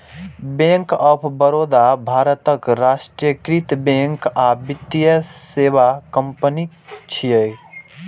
bank of Baroda भारतक राष्ट्रीयकृत bank आ वित्तीय सेवा कंपनी छियै